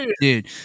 dude